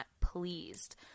pleased